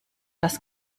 das